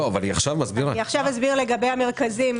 אני עכשיו אסביר לגבי המרכזים.